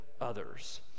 others